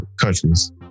countries